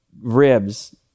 ribs